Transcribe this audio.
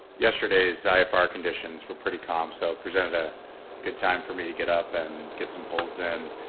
yesterday's ifr conditions were pretty calm so presented a good time for me to get up and get some holds in,